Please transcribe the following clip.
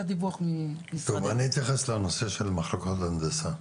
טוב, אני אתייחס לנושא של מחלקות ההנדסה.